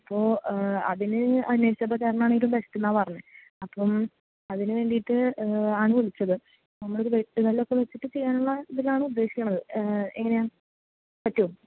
അപ്പൊ അതിന് അന്വേഷിച്ചപ്പോൾ ചേട്ടനാണ് ഏറ്റവും ബെസ്റ്റെന്നാണ് പറഞ്ഞത് അപ്പം അതിന് വേണ്ടിയിട്ട് ആണ് വിളിച്ചത് നമ്മളിത് വെട്ടുകല്ലൊക്കെ വച്ചിട്ട് ചെയ്യാനുള്ള ഇതിലാണ് ഉദ്ദേശിക്കണത് എങ്ങനെയാണ് പറ്റുമോ